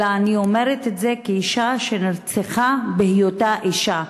אלא אני אומרת "אישה שנרצחה בהיותה אישה",